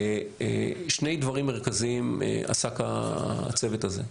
שני דברים מרכזיים עסק הצוות הזה.